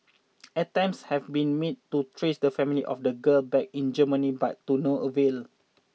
attempts have been made to trace the family of the girl back in Germany but to no avail